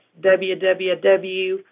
www